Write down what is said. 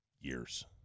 years